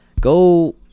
go